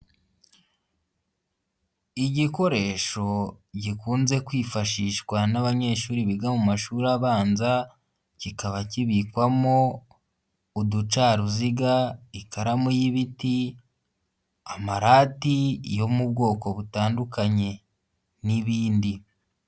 Igikoresho gikunze kwifashishwa n'abanyeshuri biga mu mashuri abanza, kikaba kibikwamo uducaruziga, ikaramu y'ibiti, amarati yo mu bwoko butandukanye n'ibindi.